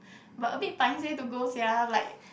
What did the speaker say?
but a bit paiseh to go sia like